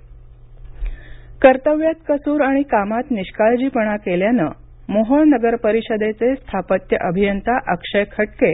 मोहोळ अभियंता निलंबित कर्तव्यात कसूर आणि कामात निष्काळजीपणा केल्याने मोहोळ नगरपरिषदेचे स्थापत्य अभियंता अक्षय खटके